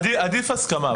עדיף הסכמה,